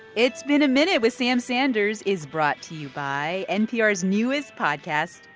it's been a minute with sam sanders, is brought to you by npr's newest podcast,